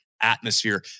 atmosphere